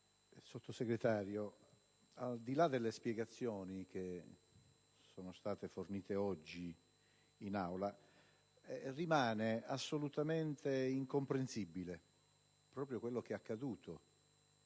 Sottosegretario, al di là delle spiegazioni che sono state fornite oggi in Aula, rimane assolutamente incomprensibile proprio quanto è accaduto,